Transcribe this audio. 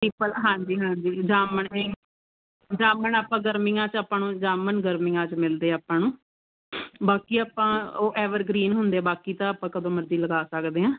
ਪਿੱਪਲ ਹਾਂਜੀ ਹਾਂਜੀ ਜਾਮਣ ਜਾਮਣ ਆਪਾਂ ਗਰਮੀਆਂ 'ਚ ਆਪਾਂ ਨੂੰ ਜਾਮਨ ਗਰਮੀਆਂ 'ਚ ਮਿਲਦੇ ਆਪਾਂ ਨੂੰ ਬਾਕੀ ਆਪਾਂ ਉਹ ਐਵਰ ਗਰੀਨ ਹੁੰਦੇ ਬਾਕੀ ਤਾਂ ਆਪਾਂ ਕਦੋਂ ਮਰਜ਼ੀ ਲਗਾ ਸਕਦੇ ਹਾਂ